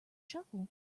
shuffle